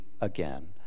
again